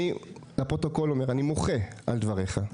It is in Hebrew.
אני מוחה על דבריך.